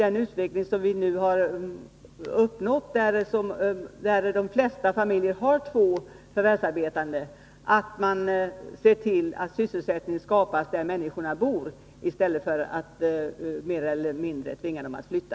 Eftersom vi nu har uppnått att de flesta familjer har två förvärvsarbetande, är det viktigt att sysselsättning skapas där människorna bor i stället för att mer eller mindre tvinga folk att flytta.